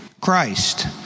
Christ